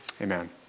Amen